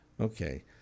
Okay